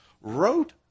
wrote